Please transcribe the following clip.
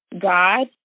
God